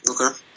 Okay